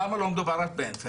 למה לא מדובר על פנסיה,